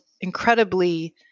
incredibly